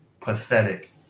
pathetic